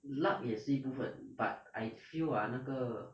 luck 也是一部分 but I feel ah 那个